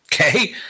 Okay